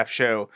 show